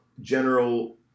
general